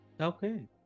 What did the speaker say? Okay